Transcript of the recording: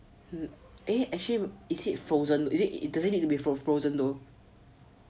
actually is it frozen is it it does it need to be from frozen though